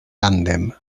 tàndem